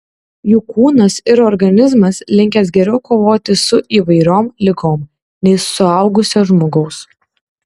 jų kūnas ir organizmas linkęs geriau kovoti su įvairiom ligom nei suaugusio žmogaus